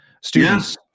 students